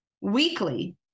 weekly